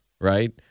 right